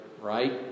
right